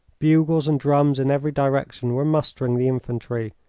bugles and drums in every direction were mustering the infantry,